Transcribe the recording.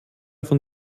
von